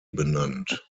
benannt